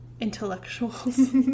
intellectuals